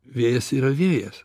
vėjas yra vėjas